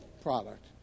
product